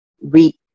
re